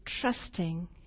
trusting